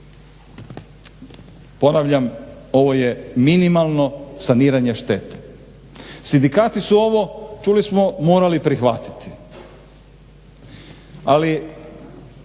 Ponavljam, ovo je minimalno saniranje štete. Sindikati su ovo čuli smo morali prihvatiti, ali